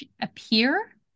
appear